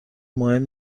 مهم